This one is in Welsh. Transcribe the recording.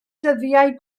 dyddiau